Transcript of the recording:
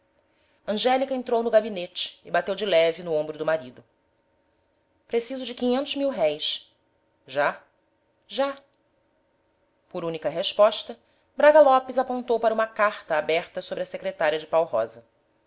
angélica entrou no gabinete e bateu de leve no ombro do marido preciso de quinhentos mil-réis já já por única resposta braga lopes apontou para uma carta aberta sobre a secretária de pau rosa